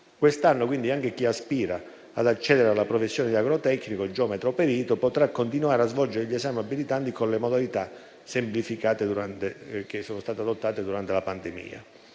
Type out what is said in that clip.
Quest'anno quindi anche chi aspira ad accedere alla professione di agrotecnico, geometra o perito potrà continuare a svolgere gli esami abilitanti con le modalità semplificate che sono state adottate durante la pandemia.